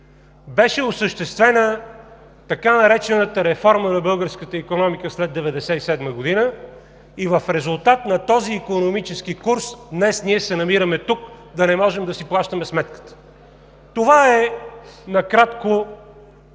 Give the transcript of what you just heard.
беше осъществена така наречената реформа на българската икономика след 1997 г. и в резултат на този икономически курс днес ние се намираме тук – да не можем да си плащаме сметката. Това е накратко